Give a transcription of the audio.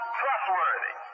trustworthy